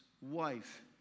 wife